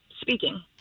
Speaking